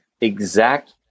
exact